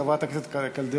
חברת הכנסת קלדרון,